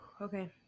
Okay